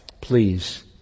Please